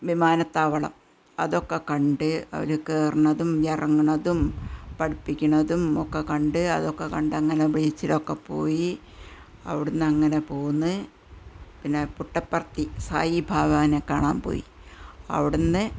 വിമാനത്താവളം അതൊക്കെ കണ്ട് അതിൽ കയറണതും ഇറങ്ങണതും പഠിപ്പിക്കണതും ഒക്കെ കണ്ട് അതൊക്കെ കണ്ട് അങ്ങനെ ബീച്ചിലൊക്കെ പോയി അവിറ്റെ നിന്ന് അങ്ങനെ പോന്ന് പിന്നെ പുട്ടപ്പരത്തി സായി ബാബാനെ കാണാന് പോയി അവിടെ നിന്ന്